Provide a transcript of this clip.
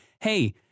hey